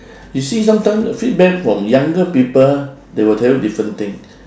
you see sometime feedback from younger people they will tell you different thing